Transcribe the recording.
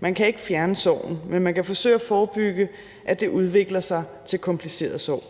Man kan ikke fjerne sorgen, men man kan forsøge at forebygge, at det udvikler sig til kompliceret sorg.